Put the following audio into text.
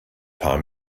paar